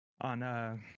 on